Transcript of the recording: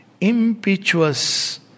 impetuous